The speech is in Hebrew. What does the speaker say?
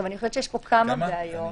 יש פה כמה בעיות.